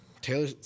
Taylor